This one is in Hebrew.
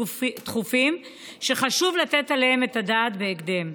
דחופים שחשוב לתת עליהם את הדעת בהקדם.